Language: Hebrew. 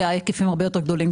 כשההיקפים הרבה יותר גדולים,